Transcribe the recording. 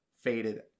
faded